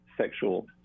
sexual